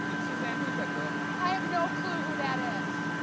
suzanne, who's that girl? i have no clue who that is.